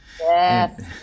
Yes